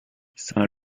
saint